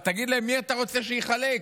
תגיד להם מי אתה רוצה שיחלק,